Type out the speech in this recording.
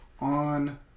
on